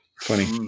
funny